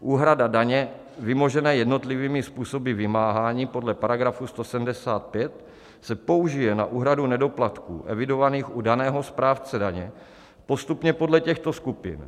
Úhrada daně vymožené jednotlivými způsoby vymáhání podle § 175 se použije na úhradu nedoplatků evidovaných u daného správce daně postupně podle těchto skupin.